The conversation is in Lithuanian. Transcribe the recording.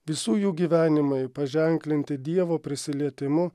visų jų gyvenimai paženklinti dievo prisilietimu